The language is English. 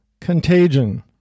contagion